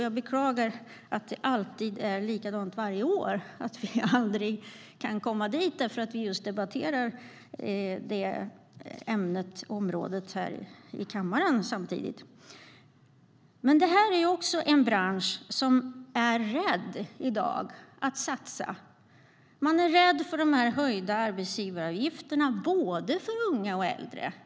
Jag beklagar att det är likadant varje år - vi kan aldrig komma dit eftersom vi debatterar det området här i kammaren samtidigt. Denna bransch är rädd för att satsa i dag. Man är rädd för de höjda arbetsgivaravgifterna för både unga och äldre.